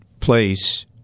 place